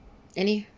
any